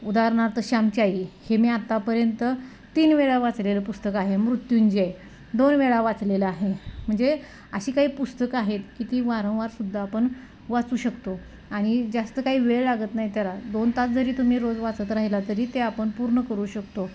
उदाहरणार्थ श्यामची आई हे मी आत्तापर्यंत तीन वेळा वाचलेलं पुस्तक आहे मृत्युंजय दोन वेळा वाचलेलं आहे म्हणजे अशी काही पुस्तकं आहेत की ती वारंवार सुद्धा आपण वाचू शकतो आणि जास्त काही वेळ लागत नाही त्याला दोन तास जरी तुम्ही रोज वाचत राहिला तरी ते आपण पूर्ण करू शकतो